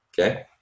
okay